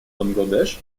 бангладеш